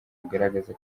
bugaragaza